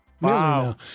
Wow